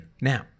Now